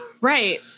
right